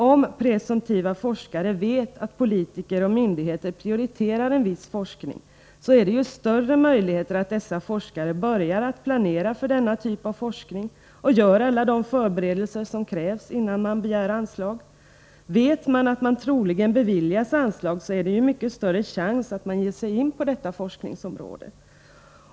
Om presumtiva forskare vet att politiker och myndigheter prioriterar en viss forskning, finns det ju större möjligheter att dessa forskare börjar planera för denna typ av forskning och gör alla de förberedelser som krävs innan man begär anslag. Vet man att man troligen beviljas anslag, är det ju mycket större chans att man ger sig in på detta forskningsområde.